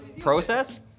Process